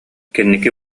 кэнники